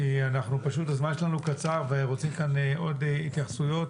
כי פשוט הזמן שלנו קצר ורוצים כאן עוד התייחסויות.